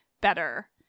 better